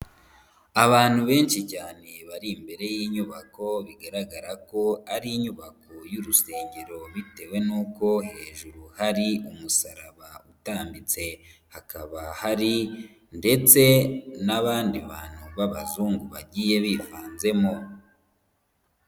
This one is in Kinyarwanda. Abantu benshi cyane bari imbere y'inyubako bigaragara ko ari inyubako y'urusengero bitewe n'uko hejuru hari umusaraba utambitse, hakaba hari ndetse n'abandi bantu b'abazungu bagiye bivanzemo.